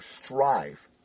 strive